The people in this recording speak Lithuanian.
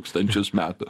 tūkstančius metų